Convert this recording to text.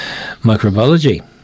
microbiology